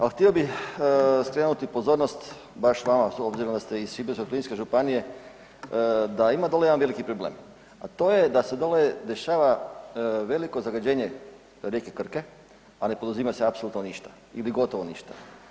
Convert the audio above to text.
Ali htio bih skrenuti pozornost baš vama s obzirom da ste iz Šibensko-kninske županije da ima dolje jedan veliki problem, a to je da se dolje dešava veliko zagađenje rijeke Krke, a ne poduzima se apsolutno ništa ili gotovo ništa.